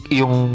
yung